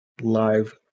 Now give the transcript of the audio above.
live